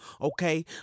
Okay